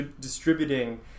distributing